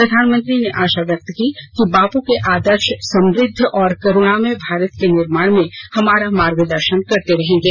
प्रधानमंत्री ने आशा व्यक्त की कि बापू के आदर्श समृद्ध और करुणामय भारत के निर्माण में हमारा मार्गदर्शन करते रहेंगे